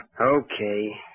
Okay